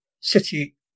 City